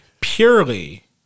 purely